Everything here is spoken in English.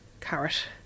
carrot